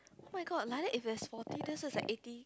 oh-my-god like that if there's forty then so is like eighty